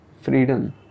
Freedom